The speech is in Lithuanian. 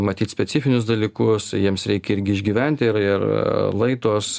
matyt specifinius dalykus jiems reikia irgi išgyventi ir ir laidos